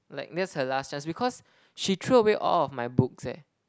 like that's her last chance because she threw away all of my books eh